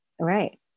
Right